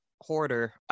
hoarder